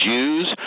Jews